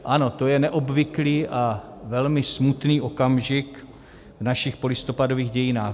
Ano, to je neobvyklý a velmi smutný okamžik v našich polistopadových dějinách.